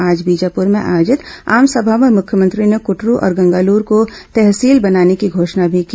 आज बीजापुर में आयोजित आमसभा में मुख्यमंत्री ने कटरू और गंगालूर को तहसील बनाने की घोषणा भी की